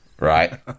right